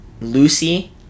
Lucy